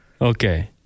okay